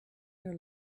your